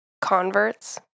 converts